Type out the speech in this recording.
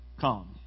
come